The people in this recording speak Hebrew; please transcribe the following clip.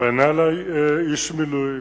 פנה אלי איש מילואים,